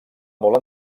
molt